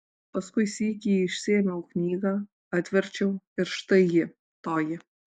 paskui sykį išsiėmiau knygą atverčiau ir štai ji toji